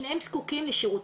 שניהם זקוקים לשירותים,